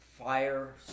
Fire